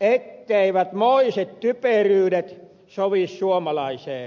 etteivät moiset typeryydet sovi suomalaiseen maatalouteen